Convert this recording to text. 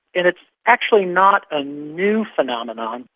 and it's actually not a new phenomenon.